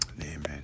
Amen